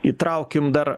įtraukim dar